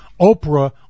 Oprah